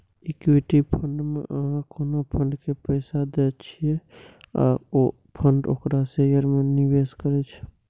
equity fund मे अहां कोनो फंड के पैसा दै छियै आ ओ फंड ओकरा शेयर मे निवेश करै छै